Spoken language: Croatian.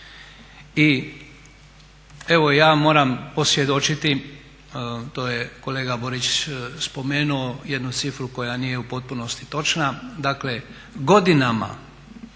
I evo ja moram posvjedočiti, to je kolega Borić spomenuo jednu cifru koja nije u potpunosti točna, dakle godinama